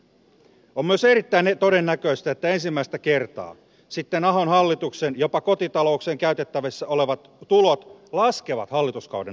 on myös erittäin todennäköistä että ensimmäistä kertaa sitten ahon hallituksen jopa kotitalouksien käytettävissä olevat tulot laskevat hallituskauden aikana